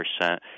percent